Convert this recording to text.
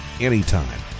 anytime